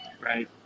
Right